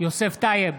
יוסף טייב,